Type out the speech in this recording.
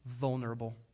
vulnerable